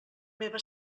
meva